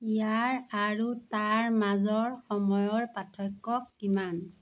ইয়াৰ আৰু তাৰ মাজৰ সময়ৰ পাৰ্থক্য কিমান